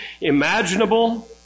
imaginable